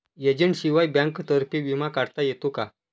एजंटशिवाय बँकेतर्फे विमा काढता येतो का?